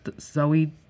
Zoe